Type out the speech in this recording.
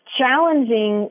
challenging